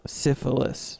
syphilis